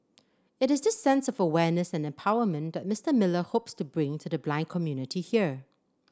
it is this sense of awareness and empowerment that Mister Miller hopes to bring to the blind community here